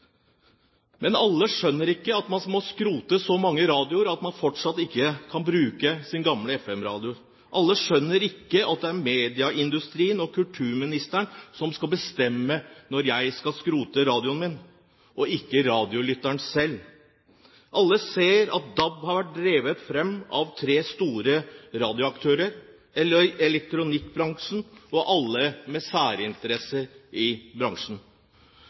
Men alle skjønner ikke at man må skrote så mange radioer, at man ikke kan fortsette å bruke sin gamle FM-radio. Alle skjønner ikke at det er medieindustrien og kulturministeren som skal bestemme når man skal skrote radioen sin, og ikke radiolytteren selv. Alle ser at DAB har vært drevet fram av tre store radioaktører, elektronikkbransjen og alle med særinteresser i bransjen.